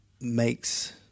makes